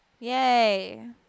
Yay